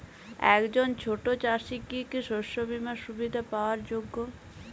একজন ছোট চাষি কি কি শস্য বিমার সুবিধা পাওয়ার যোগ্য?